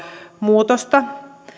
muutosta